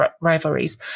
rivalries